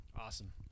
Awesome